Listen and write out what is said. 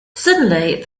suddenly